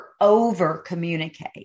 over-communicate